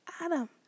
Adam